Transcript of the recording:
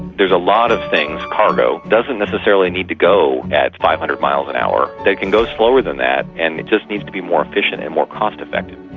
there's a lot of things cargo doesn't necessarily need to go at five hundred miles an hour. they can go slower than that and it just needs to be more efficient and more cost effective.